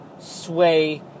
sway